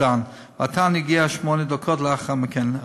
ואט"ן הגיע שמונה דקות לאחר מכן,